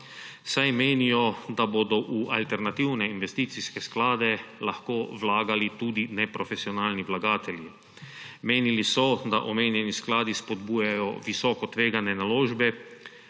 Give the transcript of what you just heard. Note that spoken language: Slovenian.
saj menijo, da bomo v alternativne investicijske sklade lahko vlagali tudi neprofesionalni vlagatelji. Menili so, da omenjeni skladi spodbujajo visoko tvegane naložbe,